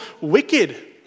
wicked